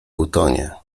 utonie